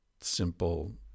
simple